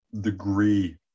degree